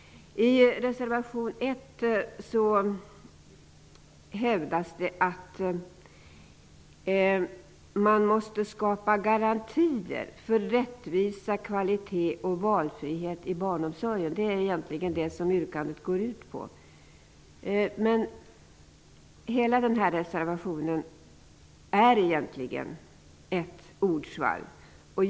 I reservation 1 hävdas det att man måste skapa garantier för rättvisa, kvalitet och valfrihet i barnomsorgen. Det är egentligen det yrkandet går ut på. Men hela denna reservation är egentligen ett ordsvall.